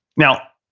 now,